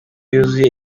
yuzuye